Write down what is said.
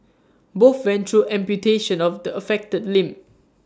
both went through amputation of the affected limb